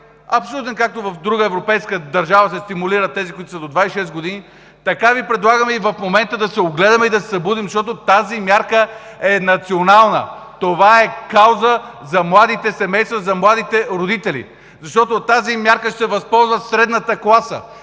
законопроект. Във всяка европейска държава се стимулират тези, които са до 26 години, така Ви предлагаме и в момента да се огледаме и да се събудим, защото тази мярка е национална. Това е кауза за младите семейства, за младите родители. От тази мярка ще се възползва средната класа.